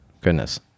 goodness